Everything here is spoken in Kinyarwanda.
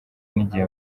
n’igihe